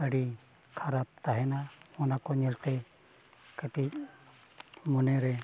ᱟᱹᱰᱤ ᱠᱷᱟᱨᱟᱯ ᱛᱟᱦᱮᱱᱟ ᱚᱱᱟ ᱠᱚ ᱧᱮᱞᱛᱮ ᱠᱟᱹᱴᱤᱡ ᱢᱚᱱᱮᱨᱮ